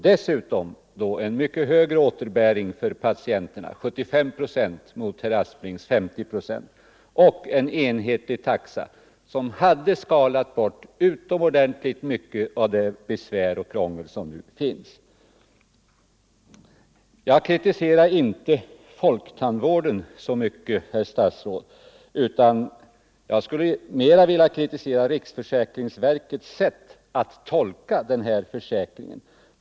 Dessutom skulle det ge mycket högre återbäring till patienterna = 75 procent mot herr Asplings 50 procent — och innebära en enhetlig taxa, som skulle ha skalat bort utomordentligt mycket av det besvär och det krångel som nu finns. Jag kritiserar inte så mycket folktandvården, herr statsråd, utan jag skulle snarare vilja kritisera riksförsäkringsverkets sätt att följa försäkringen.